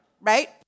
right